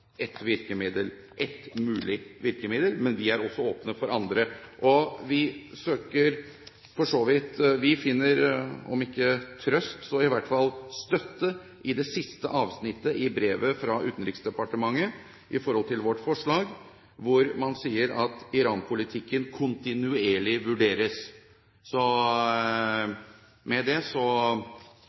mulig virkemiddel. Men vi er også åpne for andre. Vi finner i det siste avsnittet i brevet fra Utenriksdepartementet om ikke trøst, så i hvert fall støtte for vårt forslag, der man sier at Iran-politikken «kontinuerlig vurderes». Vi håper at vi kan ha en aktiv dialog knyttet til